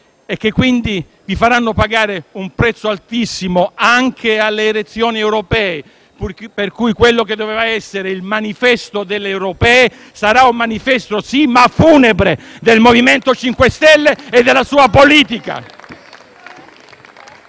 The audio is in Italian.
e che quindi vi farà pagare un prezzo altissimo anche alle elezioni europee. Pertanto, quello che doveva essere il manifesto delle europee sarà un manifesto, sì, ma funebre del MoVimento 5 Stelle e della sua politica.